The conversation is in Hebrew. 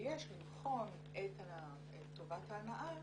ושיש לבחון את טובת ההנאה